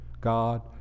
god